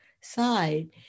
side